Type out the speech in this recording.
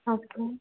okay